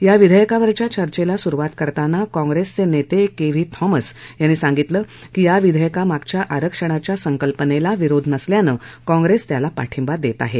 या विधेयकावरच्या चर्चेला सुरुवात करताना काँग्रेसचे नेते के व्ही थौमस यांनी सांगितलं की या विधेयकामागच्या आरक्षणाच्या संकल्पनेला विरोध नसल्यानं काँग्रेस त्याला पाठींबा देत आहे